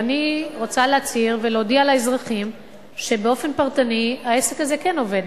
אני רוצה להצהיר ולהודיע לאזרחים שבאופן פרטני העסק הזה כן עובד